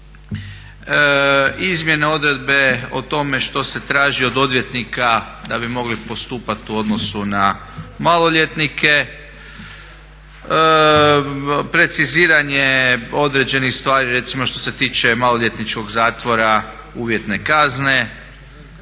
izmjene odredbe o tome što se traži od odvjetnika da bi mogli postupat u odnosu na maloljetnike, preciziranje određenih stvari recimo što se tiče maloljetničkog zatvora, uvjetne kazne,